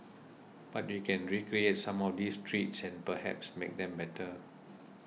but we can recreate some of these treats and perhaps make them better